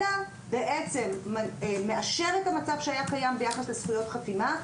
אלא מאשרים את המצב שהיה קיים ביחס לזכויות חתימה,